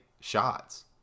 shots